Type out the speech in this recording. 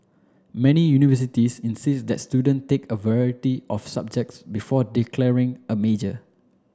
many universities insist that student take a variety of subjects before declaring a major